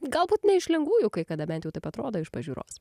galbūt ne iš lengvųjų kai kada bent jau taip atrodo iš pažiūros